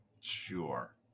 sure